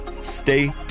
stay